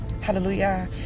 hallelujah